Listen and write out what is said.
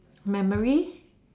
memories